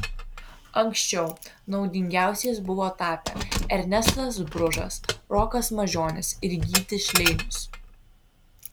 anksčiau naudingiausiais buvo tapę ernestas bružas rokas mažionis ir gytis šleinius